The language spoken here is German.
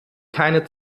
keine